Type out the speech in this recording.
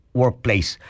workplace